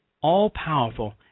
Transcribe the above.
all-powerful